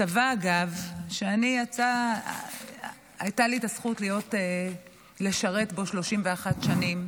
הצבא, אגב, שהייתה לי הזכות לשרת בו 31 שנים,